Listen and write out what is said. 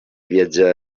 viatjar